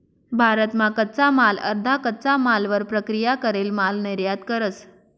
भारत मा कच्चा माल अर्धा कच्चा मालवर प्रक्रिया करेल माल निर्यात करस